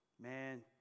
man